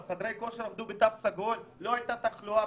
חברי כנסת עבדו בתו סגול ולא הייתה תחלואה,